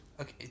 Okay